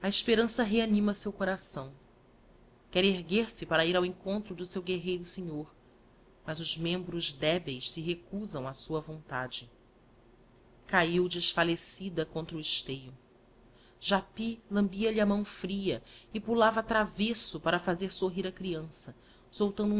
esperança reanima seu coração quer erguer-se para ir ao encontro do seu guerreiro senhor mas os membros débeis se recusam á sua vontade cabiu desfaliecida contra o esteio japy lambiaibe a mão fria e pulava travesso para fazer sorrir a creança soltando